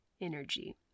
energy